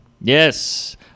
Yes